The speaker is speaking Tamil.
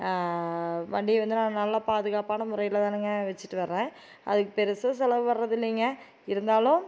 வண்டிய வந்து நான் நல்லா பாதுகாப்பான முறையில் தானுங்க வச்சுட்டு வர்றேன் அதுக்கு பெருசாக செலவு வர்றதில்லைங்க இருந்தாலும்